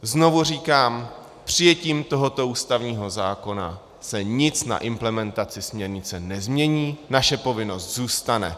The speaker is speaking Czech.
Znovu říkám, přijetím tohoto ústavního zákona se nic na implementaci směrnice nezmění, naše povinnost zůstane.